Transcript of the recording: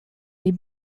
les